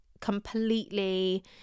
completely